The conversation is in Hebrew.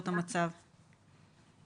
לחזק את המשפחה שלי וקודם כל להתרכז בילדים שלי.